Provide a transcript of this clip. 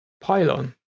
pylon